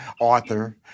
author